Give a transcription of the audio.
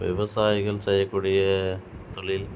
விவசாயிகள் செய்யக்கூடிய தொழில்